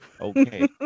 Okay